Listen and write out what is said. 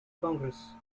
congress